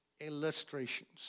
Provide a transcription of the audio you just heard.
illustrations